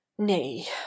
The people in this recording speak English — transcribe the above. Nay